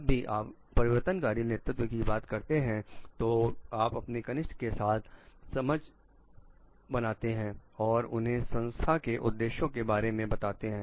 जब भी आप परिवर्तनकारी नेतृत्व की बात करते हैं तो आप अपने कनिष्ठ के साथ समझ मनाते हैं और उन्हें संस्था के उद्देश्यों के बारे में भी बताते हैं